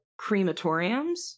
crematoriums